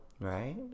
Right